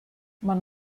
man